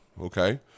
okay